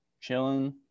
chilling